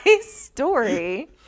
story